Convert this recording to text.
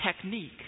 technique